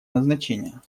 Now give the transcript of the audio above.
назначения